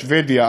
שבדיה,